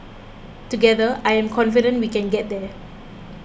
together I am confident we can get there